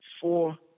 four